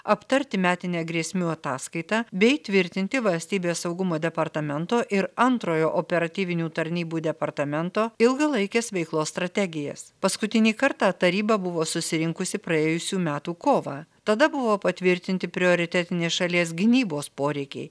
aptarti metinę grėsmių ataskaitą bei tvirtinti valstybės saugumo departamento ir antrojo operatyvinių tarnybų departamento ilgalaikės veiklos strategijas paskutinį kartą taryba buvo susirinkusi praėjusių metų kovą tada buvo patvirtinti prioritetiniai šalies gynybos poreikiai